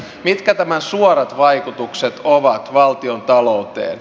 mitkä tämän suorat vaikutukset ovat valtion talouteen